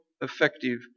effective